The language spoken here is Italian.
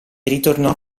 ritornò